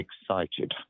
excited